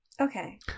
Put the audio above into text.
okay